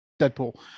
deadpool